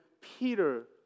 Peter